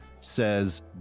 says